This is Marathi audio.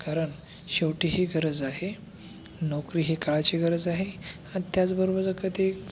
कारण शेवटी ही गरज आहे नोकरी ही काळाची गरज आहे आणि त्याचबरोबर जर का ते